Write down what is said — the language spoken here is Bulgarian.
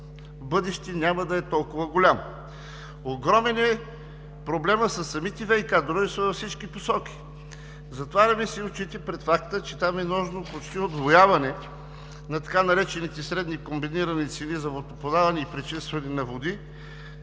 в бъдеще няма да е толкова голям. Огромен е проблемът със самите ВиК дружества във всички посоки. Затваряме си очите пред факта, че там е нужно почти удвояване на така наречените средни комбинирани цени за водоподаване и пречистване на води